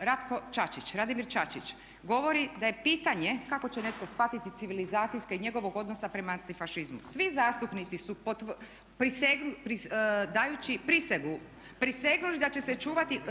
Ratko Čačić, Radimir Čačić govori da je pitanje kako će netko shvatiti civilizacijska i njegovog odnosa prema antifašizmu. Svi zastupnici su dajući prisegu prisegnuli